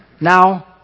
Now